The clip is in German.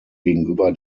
gegenüber